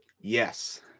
Yes